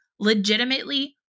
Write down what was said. legitimately